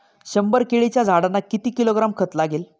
शंभर केळीच्या झाडांना किती किलोग्रॅम खत लागेल?